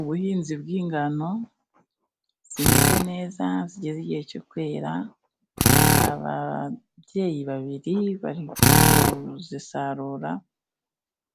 Ubuhinzi bw'ingano zimeze neza zigeze igihe cyo kwera, ababyeyi babiri bari kuzisarura